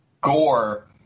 gore